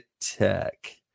tech